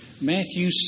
Matthew